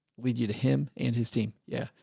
we did him and his team. yeah.